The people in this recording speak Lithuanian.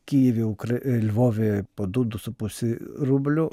kijeve ukra lvove po du du su puse rublių